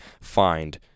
find